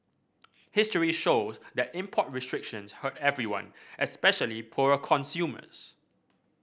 history shows that import restrictions hurt everyone especially poorer consumers